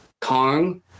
kong